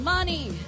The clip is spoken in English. Money